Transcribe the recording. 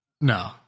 No